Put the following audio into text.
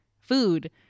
food